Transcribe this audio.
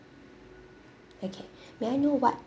okay may I know what